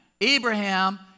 Abraham